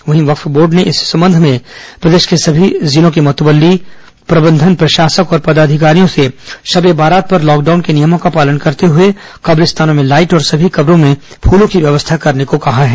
वहीं वक्फ बोर्ड ने इस संबंध में प्रदेश के सभी जिलों के मुतवल्ली प्रबंधन प्रशासक और पदाधिकारियों से शब ए बारात पर लॉकडाउन के नियमों का पालन करते हुए कब्रिस्तानों में लाईट और सभी कब्रों में फलों की व्यवस्था करने कहा है